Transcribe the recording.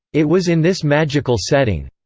it was in this magical setting.